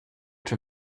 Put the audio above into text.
czy